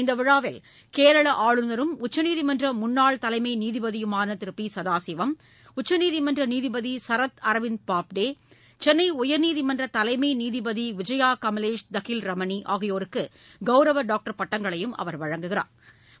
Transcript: இந்த விழாவில் கேரள ஆளுநரும் உச்சநீதிமன்ற முன்னாள் தலைமை நீதிபதியுமாள திரு பி சதாசிவம் உச்சநீதிமன்ற நீதிபதி சரத் அரவிந்த் பாப்டே சென்னை உயர்நீதிமன்ற தலைமை நீதிபதி விஜயா கமலேஷ் தகில் ரமணி ஆகியோருக்கு கவுரவ டாக்டர் பட்டங்களையும் அவர் வழங்குகிறா்